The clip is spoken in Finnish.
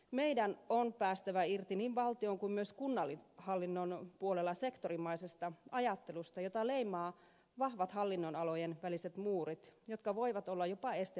meidän on päästävä irti niin valtion kuin myös kunnallishallinnon puolella sektorimaisesta ajattelusta jota leimaavat vahvat hallinnonalojen väliset muurit jotka voivat olla jopa este poikkihallinnolliselle yhteistyölle